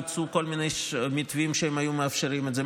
הוצעו כל מיני מתווים שהיו מאפשרים את זה,